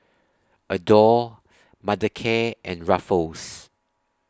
Adore Mothercare and Ruffles